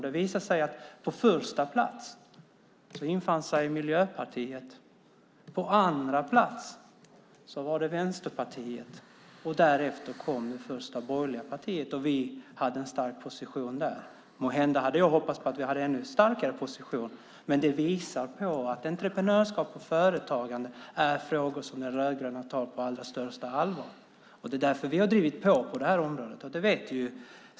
Det visade sig att Miljöpartiet kom på första plats. På andra plats kom Vänsterpartiet. Därefter kom det första borgerliga partiet. Vi socialdemokrater hade också en stark position. Jag hade väl hoppats på en ännu starkare position för oss, men detta visar att entreprenörskap och företagande är frågor som de rödgröna tar på allra största allvar. Det är därför som vi, som statsrådet vet, på detta område har drivit på.